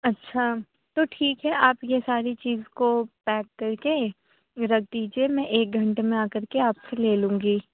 اچھا تو ٹھیک ہے آپ یہ ساری چیز کو پیک کر کے رکھ دیجیے میں ایک گھنٹے میں آ کر کے آپ سے لے لوں گی